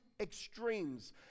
extremes